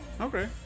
Okay